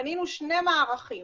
בנינו שני מערכים